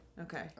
Okay